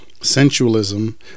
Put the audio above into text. sensualism